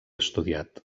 estudiat